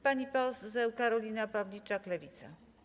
Pani poseł Karolina Pawliczak, Lewica.